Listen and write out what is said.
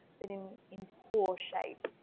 but in in poor shape.